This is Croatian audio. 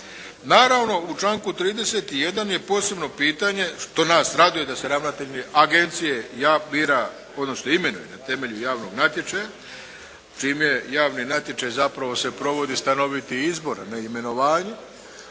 Naravno u članku 31. je posebno pitanje, što nas raduje da se ravnatelj agencije bira odnosno imenuje na temelju javnog natječaja čime javni natječaj zapravo se provodi stanoviti izbor a ne imenovanje,